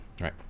Right